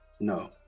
No